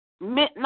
midnight